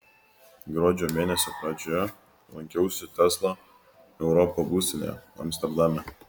gruodžio mėnesio pradžioje lankiausi tesla europa būstinėje amsterdame